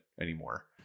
anymore